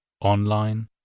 online